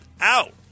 out